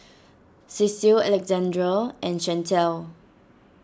Ceil Alexandra and Shantel